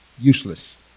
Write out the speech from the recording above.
useless